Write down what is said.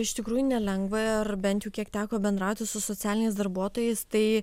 iš tikrųjų nelengva ir bent jau kiek teko bendrauti su socialiniais darbuotojais tai